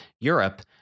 Europe